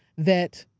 that